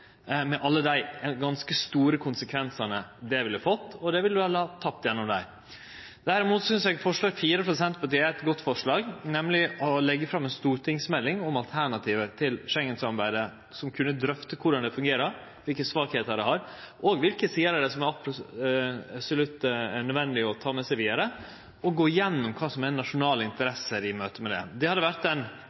med alle dei ganske store konsekvensane det ville fått. Derimot synest eg forslag nr. 4, frå Senterpartiet, er eit godt forslag, nemleg å leggje fram ei stortingsmelding om alternativ til Schengen-samarbeidet – som kunne drøfte korleis det fungerer, kva for svakheiter det har, kva for sider ved samarbeidet som det absolutt er nødvendig å ta med seg vidare, og gå gjennom kva som er nasjonale interesser i møte med dette. Det hadde vore ein